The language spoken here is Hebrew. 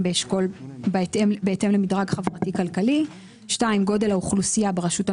באשכול בהתאם למדרג חברתי כלכלי גודל האוכלוסייה ברשות המקומית.